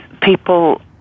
people